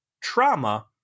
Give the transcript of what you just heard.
trauma